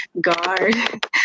guard